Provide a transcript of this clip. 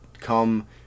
come